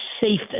safest